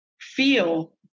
feel